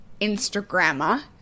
Instagrammer